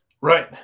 right